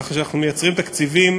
כך שאנחנו מייצרים תקציבים,